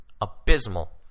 abysmal